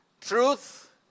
truth